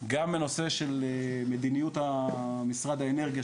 גם בנושא של מדיניות משרד האנרגיה,